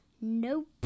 Nope